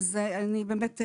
כמו אישה מוכה,